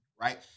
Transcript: right